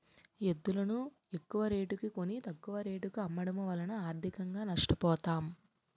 ఎద్దులును ఎక్కువరేటుకి కొని, తక్కువ రేటుకు అమ్మడము వలన ఆర్థికంగా నష్ట పోతాం